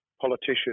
politician